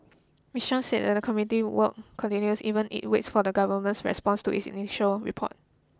Miss Chan said the committee's work continues even as it waits for the Government's response to its initial report